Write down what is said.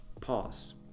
Pause